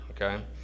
Okay